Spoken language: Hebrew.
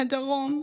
הדרום,